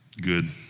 Good